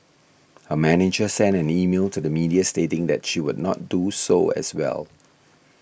her manager sent an email to the media stating that she would not do so as well